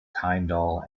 tyndall